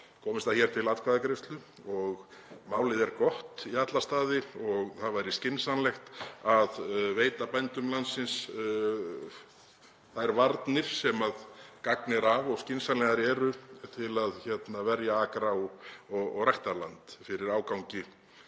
komist það hér til atkvæðagreiðslu. Málið er gott í alla staði og það væri skynsamlegt að veita bændum landsins þær varnir sem gagn er af og skynsamlegar eru til að verja akra og ræktarland fyrir ágangi